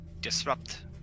disrupt